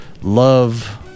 love